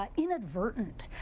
um inadvertent.